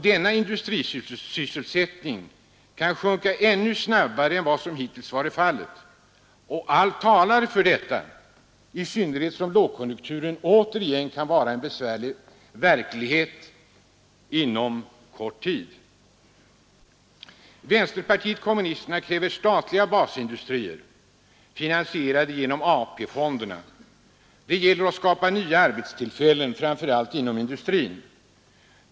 Denna industrisysselsättning kan sjunka ännu snabbare än vad som hittills varit fallet, och allt talar för detta, i synnerhet som lågkonjunkturen återigen kan vara en besvärande verklighet inom kort tid. Vänsterpartiet kommunisterna kräver statliga basindustrier, finasierade genom AP-fonderna. Det gäller att skapa nya arbetstillfällen, framför allt inom industrin.